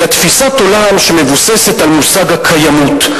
אלא תפיסת עולם שמבוססת על מושג הקיימות,